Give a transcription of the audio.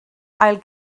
ail